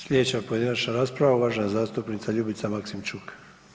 Sljedeća pojedinačna rasprava, uvažena zastupnica Ljubica Maksimčuk.